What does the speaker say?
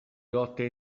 lotte